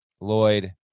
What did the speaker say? Lloyd